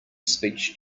speech